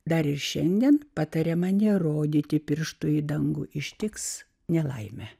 dar ir šiandien patariama nerodyti pirštu į dangų ištiks nelaimė